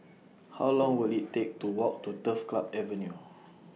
How Long Will IT Take to Walk to Turf Club Avenue